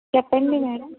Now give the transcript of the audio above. చెప్పండి మేడం